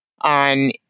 on